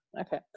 Okay